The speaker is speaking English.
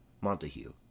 Montague